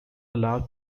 allowed